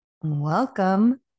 Welcome